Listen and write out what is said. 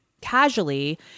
casually